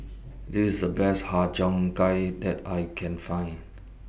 This A Best Har Cheong Gai that I Can Find